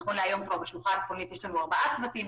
נכון להיום בשלוחה צפונית יש לנו ארבעה צוותים?